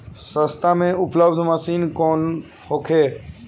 सस्ता में उपलब्ध मशीन कौन होखे?